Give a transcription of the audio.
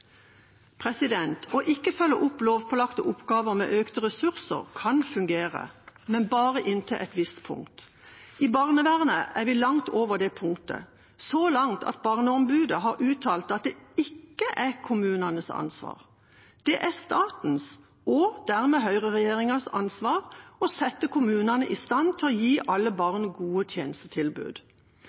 Å ikke følge opp lovpålagte oppgaver med økte ressurser kan fungere, men bare inntil et visst punkt. I barnevernet er vi langt over det punktet, så langt at Barneombudet har uttalt at det ikke er kommunenes ansvar. Det er statens og dermed høyreregjeringas ansvar å sette kommunene i stand til å gi alle barn gode tjenestetilbud.